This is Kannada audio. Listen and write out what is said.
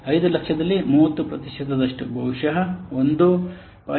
500000 ದಲ್ಲಿ 30 ಪ್ರತಿಶತದಷ್ಟು ಬಹುಶಃ 1